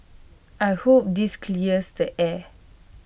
I hope this clears the air